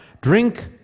Drink